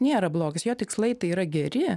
nėra blogis jo tikslai tai yra geri